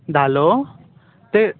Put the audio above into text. धालो तें